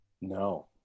No